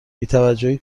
بیتوجهی